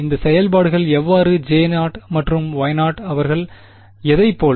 இந்த செயல்பாடுகள் எவ்வாறு J0 மற்றும் Y0 அவர்கள் எதை போல்